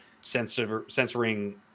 censoring